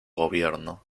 gobierno